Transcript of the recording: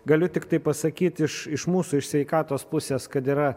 galiu tiktai pasakyt iš iš mūsų sveikatos pusės kad yra